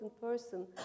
person